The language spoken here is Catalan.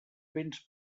béns